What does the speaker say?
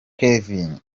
kevin